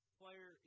player